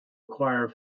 acquire